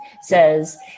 says